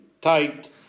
tight